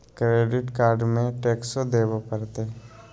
Credit card में टेक्सो देवे परते?